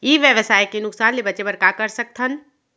ई व्यवसाय के नुक़सान ले बचे बर का कर सकथन?